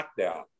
lockdown